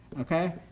okay